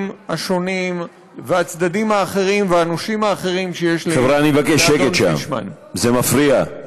השונים והצדדים האחרים והנושים האחרים שיש לאדון פישמן.